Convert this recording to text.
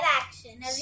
action